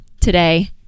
today